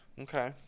Okay